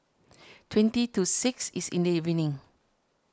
twenty to six is in the evening